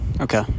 Okay